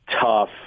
tough